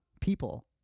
people